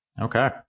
Okay